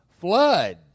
flood